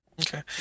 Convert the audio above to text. Okay